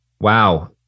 Wow